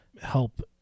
help